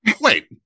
wait